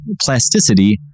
plasticity